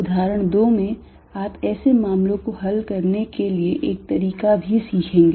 उदाहरण 2 में आप ऐसे मामलों को हल करने के लिए एक तरीका भी सीखेंगे